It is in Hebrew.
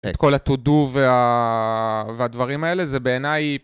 את כל ה-todo, והדברים האלה זה בעיניי